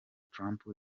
trump